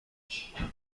him